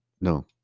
No